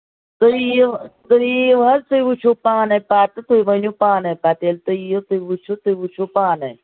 تُہۍ ییِو تُہۍ ییِو حظ تُہۍ وُچھِو پانَے پَتہٕ تہٕ تُہۍ ؤنیو پانے پَتہٕ ییٚلہِ تُہۍ یِیِو تُہۍ وُچھِو تُہۍ وُچھِو پانَے